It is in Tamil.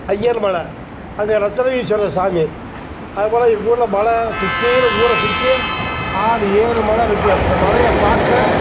ஐயரு மலை அங்கே ரத்தினகிரீஸ்வரர் சாமி அதை போல எங்கள் ஊரில் மலை சுற்றிலும் ஊரை சுற்றியும் ஆறு ஏழு மலை இருக்குது இந்த மலையை பார்க்க